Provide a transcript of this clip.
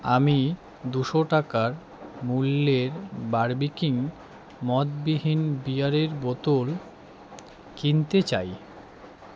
আমি দুশো টাকার মূল্যের বার্বিকং মদবিহীন বিয়ারের বোতল কিনতে চাই